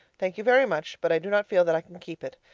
thank you very much, but i do not feel that i can keep it.